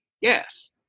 Yes